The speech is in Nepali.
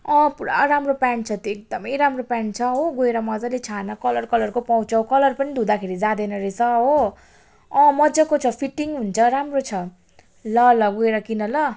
अँ पुरा राम्रो पेन्ट छ हो एकदमै राम्रो पेन्ट छ हो गएर मजाले छान कलर कलरको पाउँछौ कलर पनि धुँदाखेरि जाँदैन रहेछ हो अँ मजाको छ फिटिङ हुन्छ राम्रो छ ल ल गएर किन ल